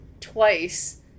twice